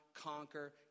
conquer